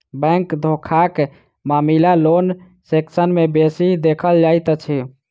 bank धोखाक मामिला loan section मे बेसी देखल जाइत अछि